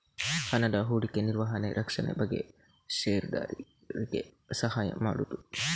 ಹಣದ ಹೂಡಿಕೆ, ನಿರ್ವಹಣೆ, ರಕ್ಷಣೆ ಬಗ್ಗೆ ಷೇರುದಾರರಿಗೆ ಸಹಾಯ ಮಾಡುದು